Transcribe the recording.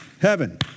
heaven